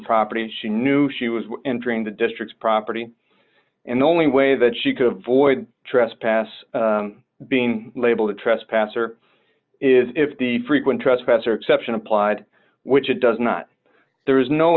property and she knew she was entering the district's property and the only way that she could avoid trespass being labeled a trespasser is if the frequent trespasser exception applied which it does not there is no